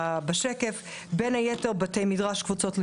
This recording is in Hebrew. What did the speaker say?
בשקף ובין היתר: בתי מדרש וקבוצות לימוד,